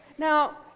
Now